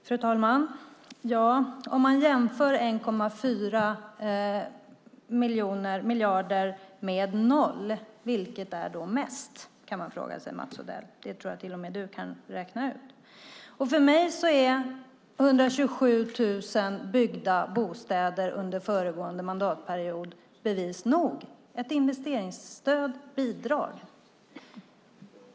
Fru talman! Om man jämför 1,4 miljarder med 0, vilket är då mest? Det kan man fråga sig, Mats Odell. Jag tror att till och med du kan räkna ut det. För mig är 127 000 byggda bostäder under föregående mandatperiod bevis nog - ett investeringsstöd, bidrag.